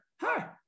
hi